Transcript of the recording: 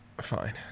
Fine